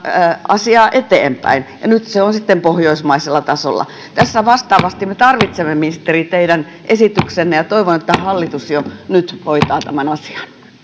asiaa eteenpäin ja nyt se on sitten pohjoismaisella tasolla tässä vastaavasti me tarvitsemme ministeri teidän esityksenne ja toivon että hallitus jo nyt hoitaa tämän asian